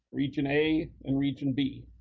region a and region b,